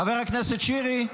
חבר הכנסת שירי.